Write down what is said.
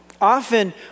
Often